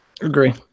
Agree